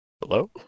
hello